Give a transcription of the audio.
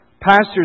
Pastors